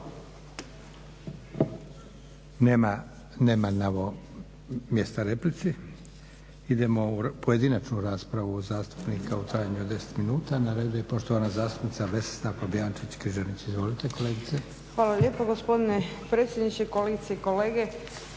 Hvala lijepa gospodine predsjedniče, kolegice i kolege.